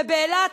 ובאילת,